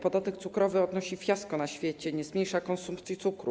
Podatek cukrowy odnosi fiasko na świecie, nie zmniejsza konsumpcji cukru.